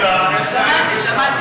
שמעתי.